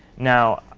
now,